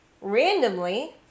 randomly